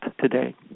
today